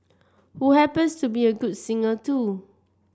who happens to be a good singer too